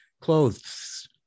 clothes